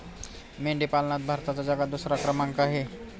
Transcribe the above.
मेंढी पालनात भारताचा जगात दुसरा क्रमांक आहे